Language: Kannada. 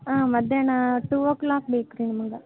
ಹಾಂ ಮಧ್ಯಾಹ್ನ ಟೂ ಓ ಕ್ಲಾಕ್ ಬೇಕು ರೀ ನಮ್ಗೆ